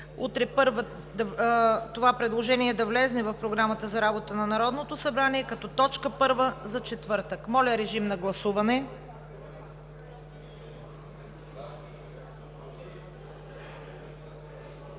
утре това предложение да влезе в Програмата за работа на Народното събрание като точка първа за четвъртък. Гласували